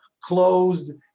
closed